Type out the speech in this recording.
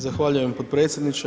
Zahvaljujem potpredsjedniče.